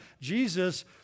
Jesus